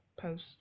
post